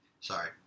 Sorry